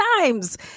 times